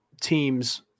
teams